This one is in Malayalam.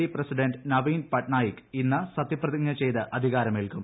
ഡി പ്രസിഡന്റ് നവീൻ പട്നായിക് ഇന്ന് സത്യപ്രതിജ്ഞ ചെയ്ത് അധികാരമേൽക്കും